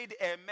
amen